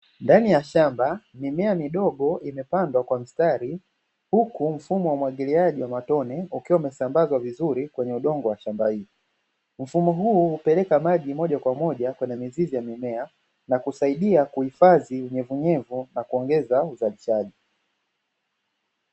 Ndani ya shamba mimea midogo imepandwa kwa mstari, huku mfumo wa umwagiliaji wa matone ukiwa umesambazwa vizuri kwenye udongo wa shamba hili. Mfumo huu hupeleka maji moja kwa moja kwenye mizizi na kusaidia kuhifadhi unyevunyevu na kuongeza uzalishaji.